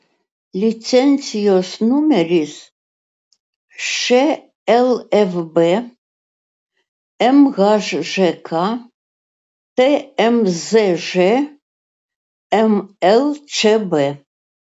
licenzijos numeris šlfb mhžk tmzž mlčb